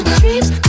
dreams